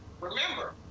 Remember